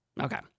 Okay